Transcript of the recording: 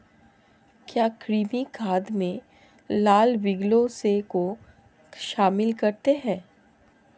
क्या कृमि खाद में लाल विग्लर्स को शामिल करते हैं?